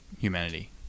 humanity